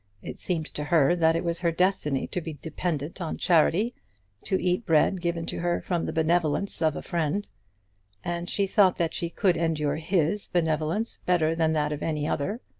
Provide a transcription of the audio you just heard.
it seemed to her that it was her destiny to be dependent on charity to eat bread given to her from the benevolence of a friend and she thought that she could endure his benevolence better than that of any other.